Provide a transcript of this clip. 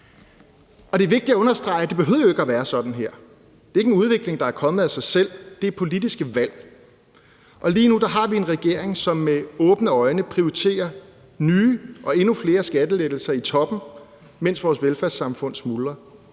Det er vigtigt at understrege, at det jo ikke behøvede at være sådan her. Det er ikke en udvikling, der er kommet af sig selv – det er politiske valg. Og lige nu har vi en regering, som med åbne øjne prioriterer nye og endnu flere skattelettelser i toppen, mens vores velfærdssamfund smuldrer.